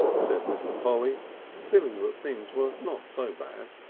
said mr. polly feeling that things were not so bad.